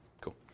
Cool